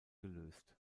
gelöst